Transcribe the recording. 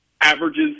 averages